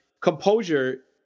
Composure